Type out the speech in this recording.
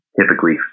typically